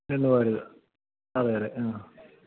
നിന്ന് പോകരുത് അതെയതെ ആ